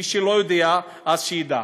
מי שלא יודע אז שידע.